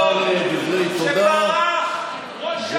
התקבלה בקריאה השלישית,